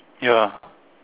ya